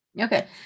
Okay